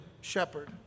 shepherd